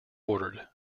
ordered